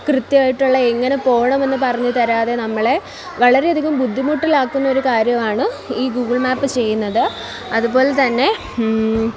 കൃത്യമായിട്ടുള്ള എങ്ങനെ പോകണം എന്നു പറഞ്ഞു തരാതെ നമ്മളെ വളരെ അധികം ബുദ്ധിമുട്ടിലാക്കുന്ന ഒരു കാര്യമാണ് ഈ ഗൂഗിൾ മാപ്പ് ചെയ്യുന്നത് അതുപോലെ തന്നെ